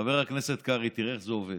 חבר הכנסת קרעי, תראה איך זה עובד.